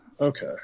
Okay